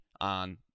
on